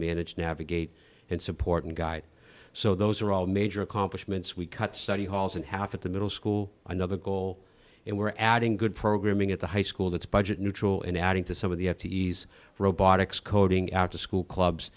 manage navigate and support and guide so those are all major accomplishments we cut study halls and half at the middle school another goal and we're adding good programming at the high school that's budget neutral and adding to some of the f t s robotics coding after school clubs